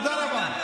תודה רבה.